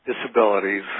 disabilities